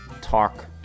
talk